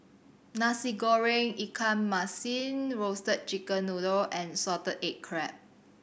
Nasi Goreng ikan masin Roasted Chicken Noodle and salted egg crab